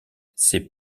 c’est